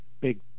big